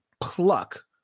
pluck